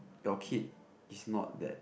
your kid is not that